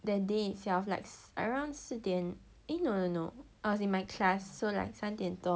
that day itself like around 四点 eh no no no I was in my class so like 三点多